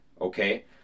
Okay